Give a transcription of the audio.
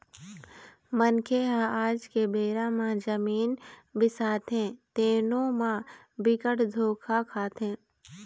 मनखे ह आज के बेरा म जमीन बिसाथे तेनो म बिकट धोखा खाथे